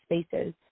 spaces